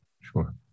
Sure